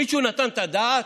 מישהו נתן את הדעת?